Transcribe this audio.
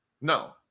No